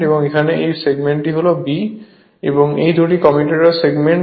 এবং এখানে এই সেগমেন্ট হল B এবং এই দুটি কমিউটার সেগমেন্ট